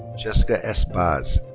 jessica s. baz.